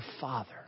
father